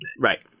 Right